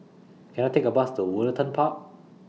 Can I Take A Bus to Woollerton Park